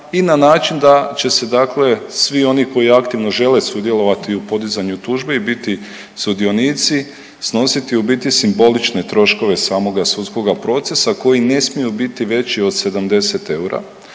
i na način da će se dakle svi oni koji aktivno žele sudjelovati u podizanju tužbi biti sudionici, snositi u biti simbolične troškove samoga sudskoga procesa koji ne smiju biti veći od 70 eura.